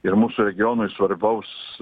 ir mūsų regionui svarbaus